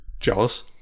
jealous